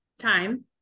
time